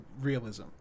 realism